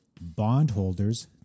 bondholders